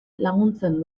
laguntzen